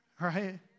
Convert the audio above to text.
right